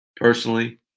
personally